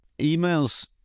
Emails